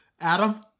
adam